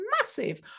massive